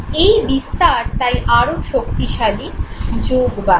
এই বিস্তার তাই আরও শক্তিশালী যোগ বানায়